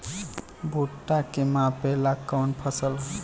भूट्टा के मापे ला कवन फसल ह?